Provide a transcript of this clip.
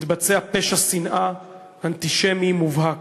התבצע פשע שנאה אנטישמי מובהק.